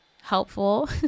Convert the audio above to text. helpful